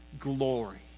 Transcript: glory